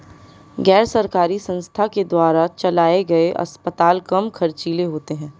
गैर सरकारी संस्थान के द्वारा चलाये गए अस्पताल कम ख़र्चीले होते हैं